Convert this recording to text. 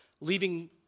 leaving